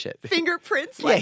fingerprints